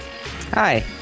Hi